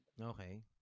okay